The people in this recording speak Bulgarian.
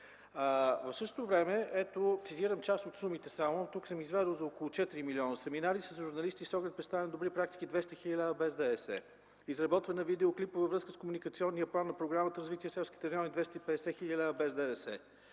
В същото време – ето, цитирам част от сумите само. Тук съм извадил за около 4 милиона: семинари с журналисти с оглед представяне на добри практики – 200 хил. лв., без ДДС; изработване на видеоклипове във връзка с комуникационния план на Програмата „Развитие на селските райони” – 250 хил. лв., без ДДС;